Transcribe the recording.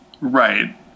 Right